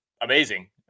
amazing